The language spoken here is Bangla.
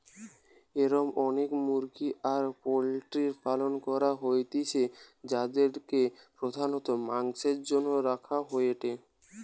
এরম অনেক মুরগি আর পোল্ট্রির পালন করা হইতিছে যাদিরকে প্রধানত মাংসের জন্য রাখা হয়েটে